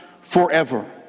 forever